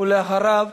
אחריו,